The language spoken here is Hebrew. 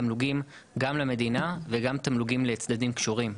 תמלוגים למדינה וגם תמלוגים לצדדים קשורים,